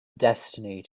destiny